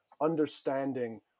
understanding